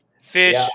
Fish